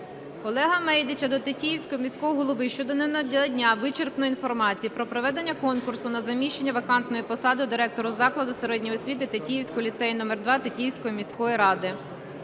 Олега Мейдича до Тетіївського міського голови щодо ненадання вичерпної інформації про проведення конкурсу на заміщення вакантної посади директора закладу середньої освіти Тетіївського ліцею №2 Тетіївської міської ради.